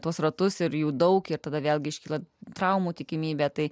tuos ratus ir jų daug ir tada vėlgi iškyla traumų tikimybė tai